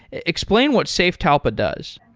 explain what safetalpa does.